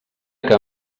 que